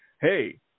hey